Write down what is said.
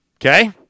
Okay